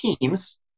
teams